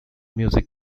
music